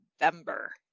November